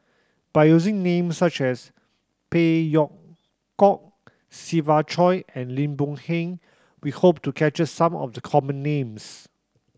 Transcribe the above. by using names such as Phey Yew Kok Siva Choy and Lim Boon Heng we hope to capture some of the common names